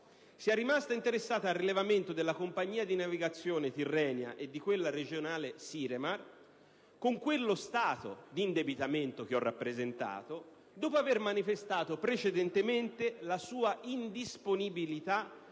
sia rimasta interessata al rilevamento della compagnia di navigazione Tirrenia e di quella regionale Siremar, con lo stato di indebitamento che ho testé rappresentato, dopo aver manifestato precedentemente la sua indisponibilità